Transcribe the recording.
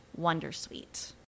wondersuite